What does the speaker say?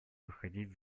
выходить